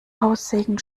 haussegen